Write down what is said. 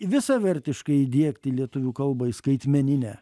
visavertiškai įdiegti lietuvių kalbą skaitmeninę